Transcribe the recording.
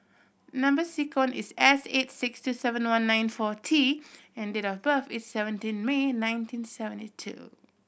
number sequence is S eight six two seven one nine four T and date of birth is seventeen May nineteen seventy two